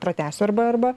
pratęsiu arba arba